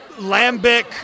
lambic